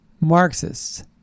Marxists